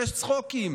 ויש צחוקים.